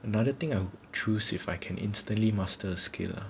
another thing I'll choose if I can instantly master skill ah